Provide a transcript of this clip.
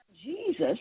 Jesus